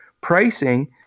pricing